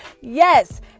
Yes